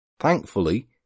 Thankfully